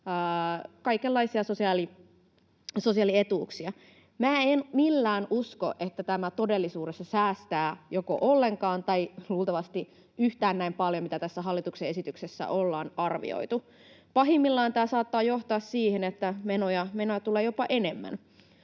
kaikenlaisia sosiaalietuuksia. Minä en millään usko, että tämä todellisuudessa säästää joko ollenkaan tai luultavasti yhtään näin paljon kuin tässä hallituksen esityksessä ollaan arvioitu. Pahimmillaan tämä saattaa johtaa siihen, että menoja tulee jopa enemmän.